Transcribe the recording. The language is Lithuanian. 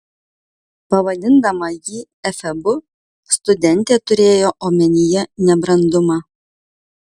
pavadindama jį efebu studentė turėjo omenyje nebrandumą